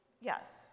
Yes